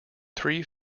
three